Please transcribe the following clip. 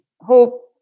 hope